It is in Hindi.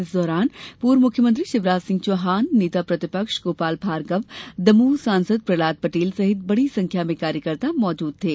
इस दौरान पूर्व मुख्यमंत्री शिवराज सिंह चौहान नेता प्रतिपक्ष गोपाल भार्गव दमोह सांसद पृहलाद पटेल सहित बड़ी संख्या में कार्यकर्ता मौजूद थे